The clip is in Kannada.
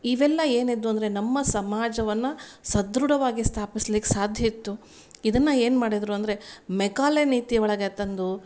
ಇವೆಲ್ಲ ಏನು ಇದ್ವು ಅಂದರೆ ನಮ್ಮ ಸಮಾಜವನ್ನ ಸದೃಢವಾಗಿ ಸ್ಥಾಪಿಸ್ಲಿಕ್ಕೆ ಸಾಧ್ಯಯಿತ್ತು ಇದನ್ನ ಏನು ಮಾಡಿದರು ಅಂದರೆ ಮೆಕಾಲೆ ನೀತಿಯ ಒಳಗೆ ತಂದು